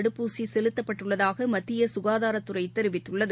தடுப்பூசிசெலுத்தப்பட்டுள்ளதாகமத்தியசுகாதாரத்துறைதெரிவித்துள்ளது